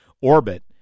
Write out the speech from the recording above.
orbit